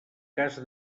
cas